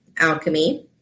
alchemy